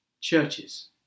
churches